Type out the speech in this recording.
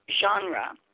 genre